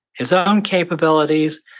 its own capabilities,